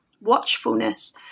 watchfulness